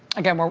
again,